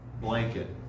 blanket